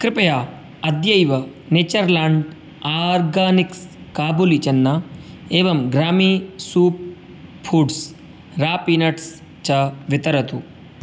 कृपया अद्यैव Natureland Organics Kabuli Chana एवं Grami soup foods raw peanuts च वितरतु